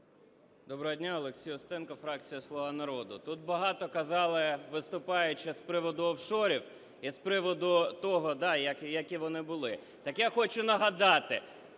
Доброго дня! Олексій Устенко, фракція "Слуга народу". Тут багато казали виступаючі з приводу офшорів і з приводу того, да, які вони були. Так я хочу нагадати,